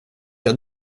jag